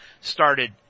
started